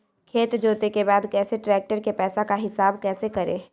खेत जोते के बाद कैसे ट्रैक्टर के पैसा का हिसाब कैसे करें?